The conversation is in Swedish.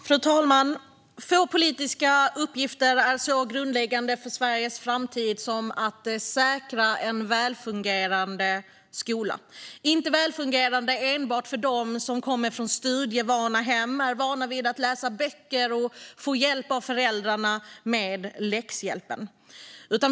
Fru talman! Få politiska uppgifter är så grundläggande för Sveriges framtid som att säkra en välfungerande skola. Den ska vara välfungerande inte enbart för dem som kommer från studievana hem, som är vana vid att läsa böcker och som kan få hjälp av föräldrarna med läxorna.